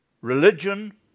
religion